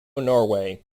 norway